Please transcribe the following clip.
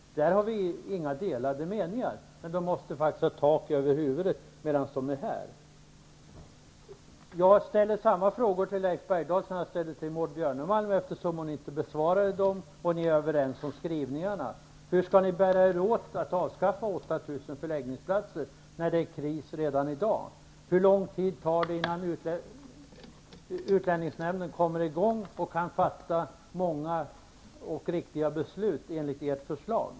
På den punkten har vi inga delade meningar, men dessa människor måste ha tak över huvudet medan de är här. Jag ställer samma frågor till Leif Bergdahl som jag ställde till Maud Björnemalm, eftersom hon inte besvarade dem och ni är överens om skrivningen: Hur skall ni bära er åt för att avskaffa 8 000 förläggningsplatser när det är kris redan i dag? Hur lång tid tar det innan utlänningsnämnden kommer i gång och kan fatta många och riktiga beslut enligt ert förslag?